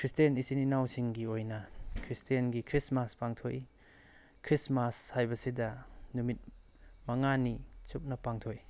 Christian ꯏꯆꯤꯟ ꯏꯅꯥꯎꯁꯤꯡꯒꯤ ꯑꯣꯏꯅ ꯈ꯭ꯔꯤꯁꯇꯦꯟꯒꯤ ꯈ꯭ꯔꯤꯁꯃꯥꯁ ꯄꯥꯡꯊꯣꯛꯏ ꯈ꯭ꯔꯤꯁꯃꯥꯁ ꯍꯥꯏꯕꯁꯤꯗ ꯅꯨꯃꯤꯠ ꯃꯉꯥꯅꯤ ꯆꯨꯞꯅ ꯄꯥꯡꯊꯣꯛꯏ